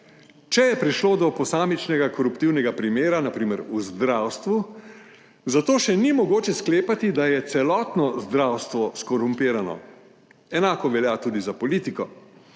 če je prišlo do posamičnega koruptivnega primera, na primer v zdravstvu, za to še ni mogoče sklepati, da je celotno zdravstvo skorumpirano, enako velja tudi za politiko.